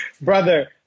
brother